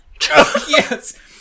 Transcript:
Yes